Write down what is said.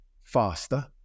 faster